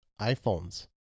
iPhones